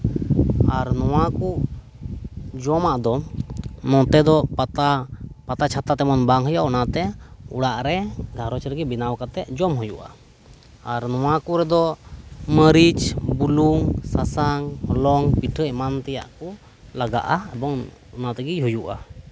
ᱟᱨ ᱱᱚᱶᱟ ᱠᱚ ᱡᱚᱢᱟᱜ ᱫᱚ ᱱᱚᱛᱮ ᱫᱚ ᱯᱟᱛᱟ ᱯᱟᱛᱟ ᱪᱷᱟᱛᱟ ᱛᱮᱢᱚᱱ ᱵᱟᱝ ᱦᱩᱭᱩᱜᱼᱟ ᱚᱱᱟ ᱛᱮ ᱚᱲᱟᱜ ᱨᱮ ᱜᱷᱟᱸᱨᱤᱧᱡᱽ ᱨᱮᱜᱮ ᱵᱮᱱᱟᱣ ᱠᱟᱛᱮᱫ ᱡᱚᱢ ᱦᱩᱭᱩᱜᱼᱟ ᱟᱨ ᱱᱚᱶᱟ ᱠᱚ ᱨᱮᱫᱚ ᱢᱟᱨᱤᱪ ᱵᱩᱞᱩᱝ ᱥᱟᱥᱟᱝ ᱦᱚᱞᱚᱝ ᱯᱤᱴᱷᱟᱹ ᱮᱢᱟᱱ ᱛᱮᱭᱟᱜ ᱠᱚ ᱞᱟᱜᱟᱜᱼᱟ ᱮᱵᱚᱝ ᱚᱱᱟ ᱛᱮᱜᱮ ᱦᱩᱭᱩᱜᱼᱟ